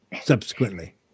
subsequently